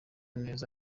neza